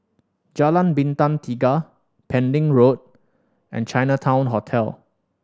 Jalan Bintang Tiga Pending Road and Chinatown Hotel